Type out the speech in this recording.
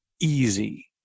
easy